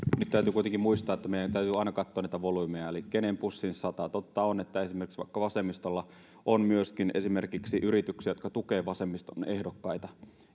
nyt täytyy kuitenkin muistaa että meidän täytyy aina katsoa näitä volyymeja eli sitä kenen pussiin sataa totta on että esimerkiksi vaikkapa vasemmistolla on myöskin esimerkiksi yrityksiä jotka tukevat vasemmiston ehdokkaita